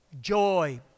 joy